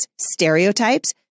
stereotypes